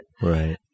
Right